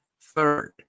third